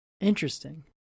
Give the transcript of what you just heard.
Interesting